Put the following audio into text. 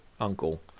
uncle